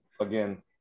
again